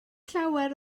llawer